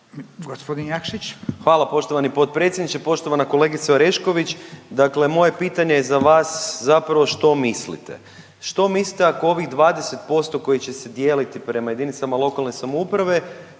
Hvala poštovani potpredsjedniče, poštovana kolegice Orešković. Dakle, moje pitanje je za vas zapravo što mislite? Što mislite ako ovih 20% koji će se dijeliti prema jedinicama lokalne samouprave